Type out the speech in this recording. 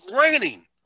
raining